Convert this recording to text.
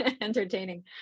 entertaining